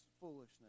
foolishness